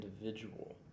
individual